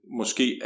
måske